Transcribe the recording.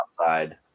outside